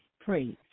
praise